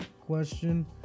question